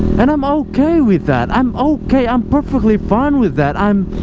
and i'm ah okay with that i'm okay i'm perfectly fine with that i'm